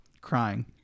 Crying